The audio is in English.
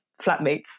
flatmates